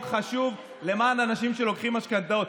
חשוב למען אנשים שלוקחים משכנתאות.